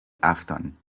afton